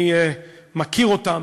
אני מכיר אותם,